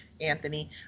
Anthony